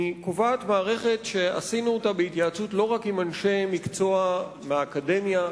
היא קובעת מערכת שעשינו אותה לא רק בהתייעצות עם אנשי מקצוע מהאקדמיה,